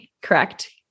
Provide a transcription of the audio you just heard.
correct